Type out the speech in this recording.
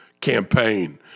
campaign